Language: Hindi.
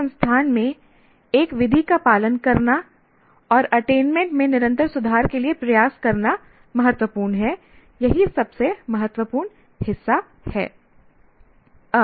एक संस्थान में एक विधि का पालन करना और अटेनमेंट में निरंतर सुधार के लिए प्रयास करना महत्वपूर्ण है यही सबसे महत्वपूर्ण हिस्सा हैं